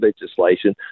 legislation